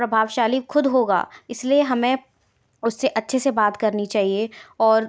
प्रभावशाली खुद होगा इसलिए हमें उससे अच्छे से बात करनी चाहिए और